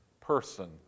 person